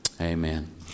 Amen